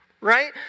Right